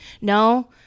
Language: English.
no